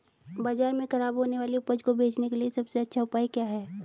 बाजार में खराब होने वाली उपज को बेचने के लिए सबसे अच्छा उपाय क्या है?